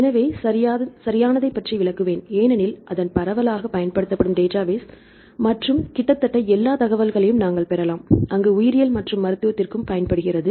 எனவே சரியானதைப் பற்றி விளக்குவேன் ஏனெனில் அதன் பரவலாகப் பயன்படுத்தப்படும் டேட்டாபேஸ் மற்றும் கிட்டத்தட்ட எல்லா தகவல்களையும் நாங்கள் பெறலாம் அங்கு உயிரியல் மற்றும் மருத்துவத்திற்கும் பயன்படுகிறது